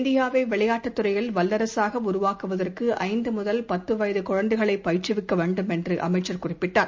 இந்தியாவைவிளையாட்டுத் துறையில் வல்லரசாகஉருவாக்குவதற்குஐந்துமுதல் பத்துவயதுகுழந்தைகளைப் பயிற்றுவிக்கவேண்டும் என்றுஅமைச்சர் கூறினார்